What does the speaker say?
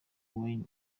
wayne